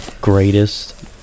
greatest